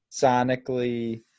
sonically